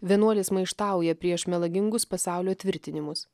vienuolis maištauja prieš melagingus pasaulio tvirtinimus